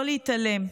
לא להתעלם,